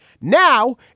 Now